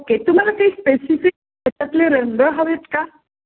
okay तुम्हाला काही specific याच्यातले रंग हवेत का